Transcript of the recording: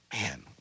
man